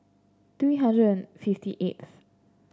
three hundred and fifty eighth